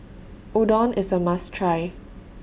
Udon IS A must Try